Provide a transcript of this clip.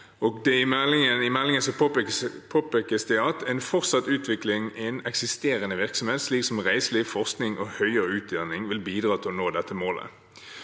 I meldingen påpekes det at en fortsatt utvikling innen eksisterende virksomhet slik som reiseliv, forskning og høyere utdanning vil bidra til å nå dette målet.